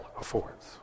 affords